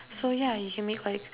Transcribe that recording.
so yeah you can make like